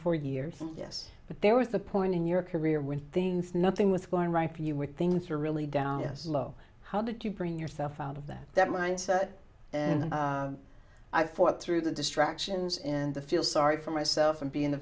four years yes but there was the point in your career when things nothing with going right for you with things you're really down a slow how did you bring yourself out of that that mindset and i fought through the distractions and to feel sorry for myself and being